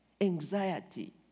anxiety